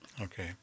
Okay